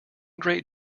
great